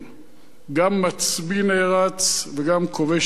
גם מצביא נערץ וגם כובש את ארץ-ישראל.